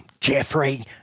Jeffrey